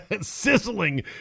Sizzling